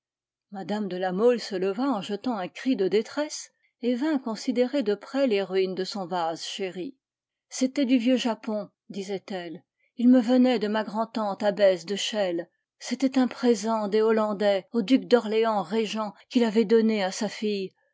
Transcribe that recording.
mme de la mole se leva en jetant un cri de détresse et vint considérer de près les ruines de son vase chéri c'était du vieux japon disait-elle il me venait de ma grand'tante abbesse de chelles c'était un présent des hollandais au duc d'orléans régent qui l'avait donné à sa fille